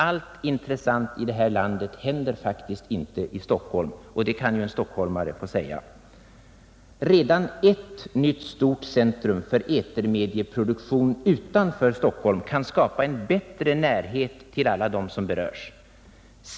Allt intressant här i landet händer faktiskt inte i Stockholm — och det kan ju en stockholmare få lov att säga! Redan ett nytt stort centrum för etermedieproduktion utanför Stockholm kan skapa en bättre närhet till alla dem som berörs.